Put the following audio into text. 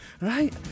Right